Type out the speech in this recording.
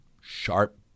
sharp